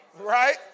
Right